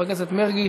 חבר הכנסת מרגי,